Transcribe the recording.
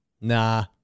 nah